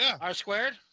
R-squared